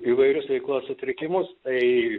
įvairius veiklos sutrikimus tai